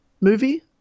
movie